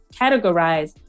categorize